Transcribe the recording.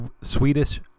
Swedish